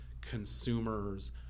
consumers